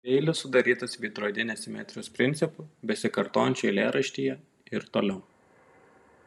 dvieilis sudarytas veidrodinės simetrijos principu besikartojančiu eilėraštyje ir toliau